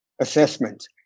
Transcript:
assessment